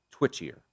twitchier